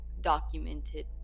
documented